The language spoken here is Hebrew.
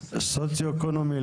סוציואקונומי,